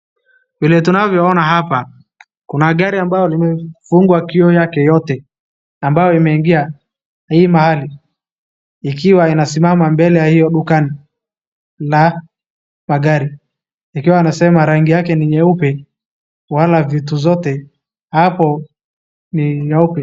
Vile tunavyoona hapa kuna gari ambayo limefungwa kioo yake yote ambayo imeingia hii mahali ikiwa inasimama mbele ya hiyo dukani na magari ikiwa inasema rangi yake ni nyeupe wala vitu zote hapo ni nyeupe.